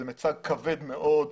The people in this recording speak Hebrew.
זה מיצג כבד מאוד,